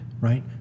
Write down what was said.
right